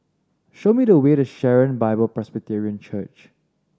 show me the way to Sharon Bible Presbyterian Church